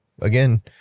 again